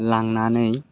लांनानै